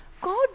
God